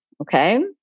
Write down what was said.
Okay